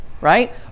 right